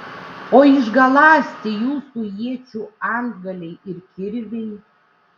o išgaląsti jūsų iečių antgaliai ir kirviai